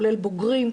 כולל בוגרים,